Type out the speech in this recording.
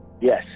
Yes